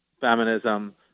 feminism